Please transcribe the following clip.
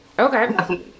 Okay